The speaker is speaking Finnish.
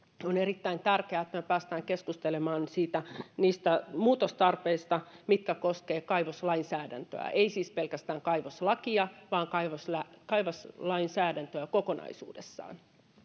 on erittäin tärkeää että me pääsemme keskustelemaan niistä muutostarpeista mitkä koskevat kaivoslainsäädäntöä ei siis pelkästään kaivoslakia vaan kaivoslainsäädäntöä kokonaisuudessaan